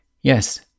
Yes